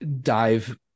dive